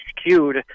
skewed